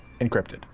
encrypted